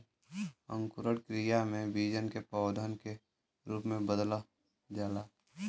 अंकुरण क्रिया में बीजन के पौधन के रूप में बदल जाला